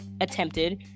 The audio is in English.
attempted